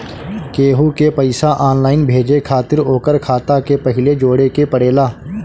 केहू के पईसा ऑनलाइन भेजे खातिर ओकर खाता के पहिले जोड़े के पड़ेला